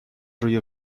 روی